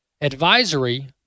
advisory